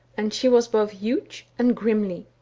and she was both huge and grimly.